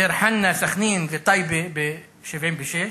דיר-חנא, סח'נין וטייבה ב-1976,